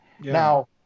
Now